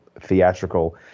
theatrical